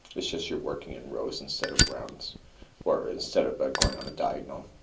it's just you're working in rows instead of rounds or instead of but going on a diagonal.